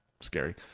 scary